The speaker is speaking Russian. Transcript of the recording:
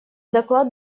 доклад